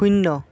শূন্য